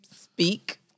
speak